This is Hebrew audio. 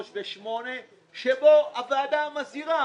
43 ו- 48 ובו הוועדה מזהירה,